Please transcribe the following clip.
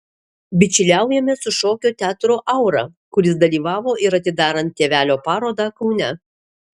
bičiuliaujamės su šokio teatru aura kuris dalyvavo ir atidarant tėvelio parodą kaune